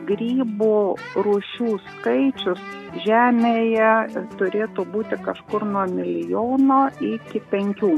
grybų rūšių skaičius žemėje turėtų būti kažkur nuo milijono iki penkių